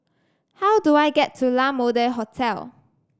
how do I get to La Mode Hotel